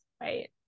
Right